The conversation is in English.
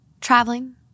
traveling